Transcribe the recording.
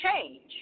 change